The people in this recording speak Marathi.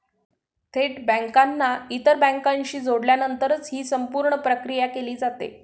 थेट बँकांना इतर बँकांशी जोडल्यानंतरच ही संपूर्ण प्रक्रिया केली जाते